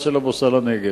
בהסעת הבוצה לנגב.